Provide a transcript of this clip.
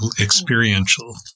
experiential